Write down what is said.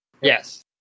Yes